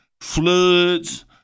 floods